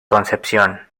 concepción